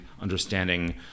understanding